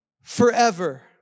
Forever